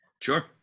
Sure